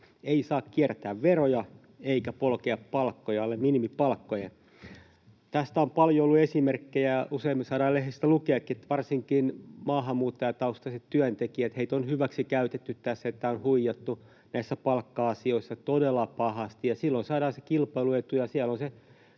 Ei saa kiertää veroja eikä polkea palkkoja alle minimipalkkojen. Tästä on paljon ollut esimerkkejä, ja usein me saadaan lehdistä lukeakin, että varsinkin maahanmuuttajataustaisia työntekijöitä on hyväksikäytetty tässä, heitä on huijattu näissä palkka-asioissa todella pahasti. Silloin saadaan se kilpailuetu ja kilpaileva